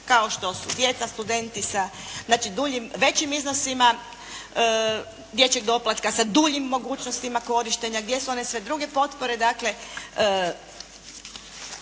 kao što su djeca, studenti sa znači duljim, većim iznosima dječjeg doplatka, sa duljim mogućnostima korištenja. Gdje su one sve druge potpore?